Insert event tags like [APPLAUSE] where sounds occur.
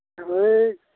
[UNINTELLIGIBLE]